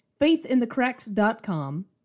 faithinthecracks.com